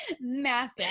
Massive